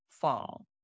fall